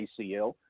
ACL